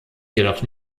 jedoch